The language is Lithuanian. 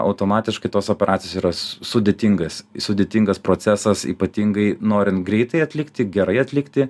automatiškai tos operacijos yra sudėtingas sudėtingas procesas ypatingai norint greitai atlikti gerai atlikti